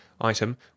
Item